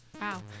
Wow